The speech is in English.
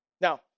Now